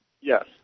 Yes